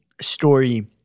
story